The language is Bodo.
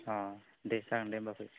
अ दे जागोन दे होनबा फै